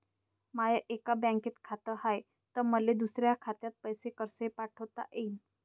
माय एका बँकेत खात हाय, त मले दुसऱ्या खात्यात पैसे कसे पाठवता येईन?